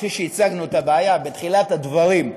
כפי שהצגנו את הבעיה בתחילת הדברים,